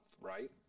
right